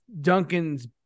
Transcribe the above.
Duncan's